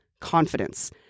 confidence